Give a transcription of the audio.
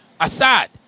Assad